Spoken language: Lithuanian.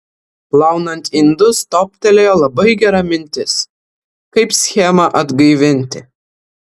plaunant indus toptelėjo labai gera mintis kaip schemą atgaivinti